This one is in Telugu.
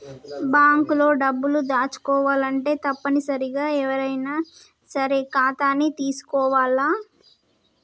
బాంక్ లో డబ్బులు దాచుకోవాలంటే తప్పనిసరిగా ఎవ్వరైనా సరే ఖాతాని తీసుకోవాల్ల